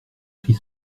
pris